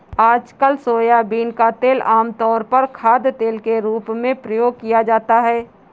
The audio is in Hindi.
आजकल सोयाबीन का तेल आमतौर पर खाद्यतेल के रूप में प्रयोग किया जाता है